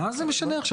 מה זה משנה עכשיו?